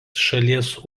šalies